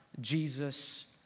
Jesus